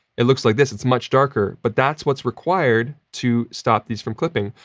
it looks like this. it's much darker. but, that's what's required to stop these from clipping.